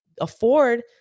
afford